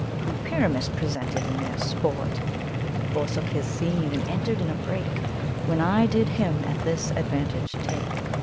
who pyramus presented, in their sport forsook his scene and ent'red in a brake when i did him at this advantage take,